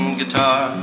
guitar